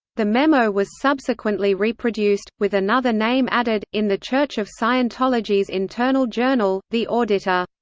the memo was subsequently reproduced, with another name added, in the church of scientology's internal journal, the auditor.